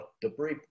debris